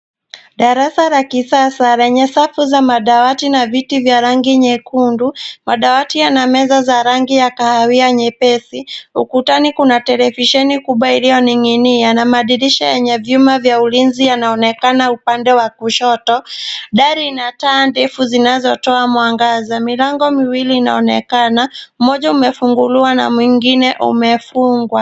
Darasa la kisasa, lenye safu za madawati na viti vya rangi nyekundu, madawati yanameza za rangi ya kahawia nyepesi ,ukutani kuna televisheni kubwa iliyoning'inia na madirisha yenye vyuma vya ulinzi yanaonekana upande wa kushoto. Dari lina taa ndefu zinazotoa mwangaza, milango miwili inaonekana ,moja umefunguliwa na mwingine umefungwa.